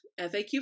FAQ